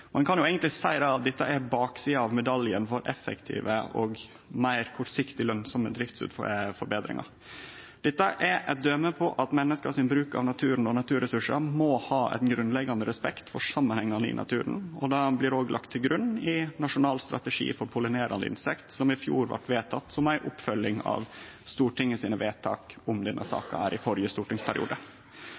Ein kan eigentleg seie at dette er baksida av medaljen for effektive og meir kortsiktig lønsame driftsforbetringar. Dette er eit døme på at menneska i bruken av naturen og naturressursane må ha ein grunnleggjande respekt for samanhengane i naturen. Det blir òg lagt til grunn i den nasjonale strategien for pollinerande insekt, som i fjor blei vedteken som ei oppfølging av Stortingets vedtak om denne saka i den førre stortingsperioden. Artsmangfald er eit mål i